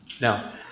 Now